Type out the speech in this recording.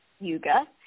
Yuga